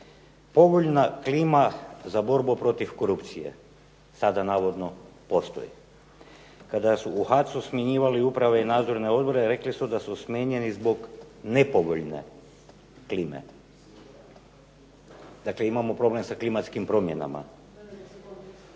Povoljna klima za borbu protiv korupcije sada navodno postoji. Kada su u HAC-u smjenjivale uprave i nadzorne odbore rekli su da su smijenjeni zbog nepovoljne klime. Dakle, imamo problem sa klimatskim promjenama.